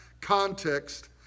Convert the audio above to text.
context